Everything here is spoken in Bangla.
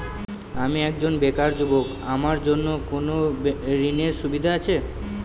আমি একজন বেকার যুবক আমার জন্য কোন ঋণের সুবিধা আছে কি?